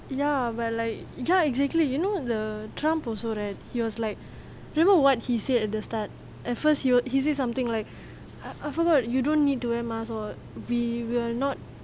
ya but like ya exactly you know the trump also right he was like you know what he said at the start at first he was he say something like I forgot you don't need to wear mask or we will not